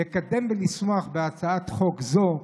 לקדם ולשמוח בהצעת חוק זו,